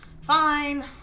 fine